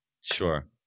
Sure